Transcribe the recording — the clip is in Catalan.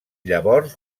llavors